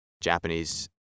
Japanese